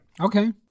Okay